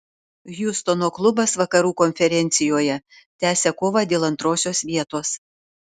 hjustono klubas vakarų konferencijoje tęsia kovą dėl antrosios vietos